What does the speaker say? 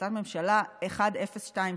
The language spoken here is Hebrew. החלטת ממשלה 1022,